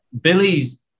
Billy's